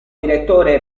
direttore